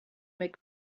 make